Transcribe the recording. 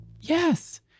Yes